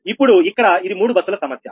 ఇప్పుడు ఇక్కడ ఇది మూడు బస్సుల సమస్య